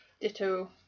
Ditto